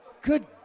good